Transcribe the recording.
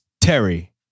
Terry